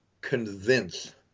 convince